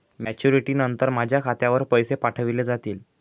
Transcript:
Maturity नंतर माझ्या खात्यावर पैसे पाठविले जातील?